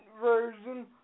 version